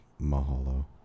mahalo